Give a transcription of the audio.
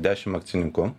dešim akcininkų